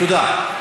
תודה.